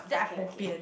okay okay